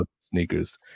Sneakers